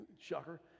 Shocker